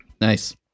Nice